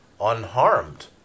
unharmed